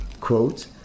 Quote